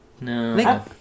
No